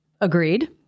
agreed